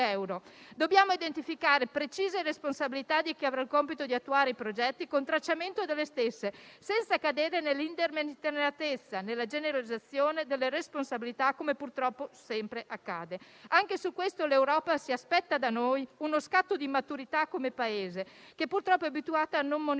Dobbiamo identificare precise responsabilità di chi avrà il compito di attuare i progetti, con tracciamento delle stesse e senza cadere nell'indeterminatezza e nella generalizzazione delle responsabilità, come purtroppo sempre accade. Anche su questo l'Europa si aspetta da noi, come Paese, uno scatto di maturità, visto che siamo abituati a non monitorare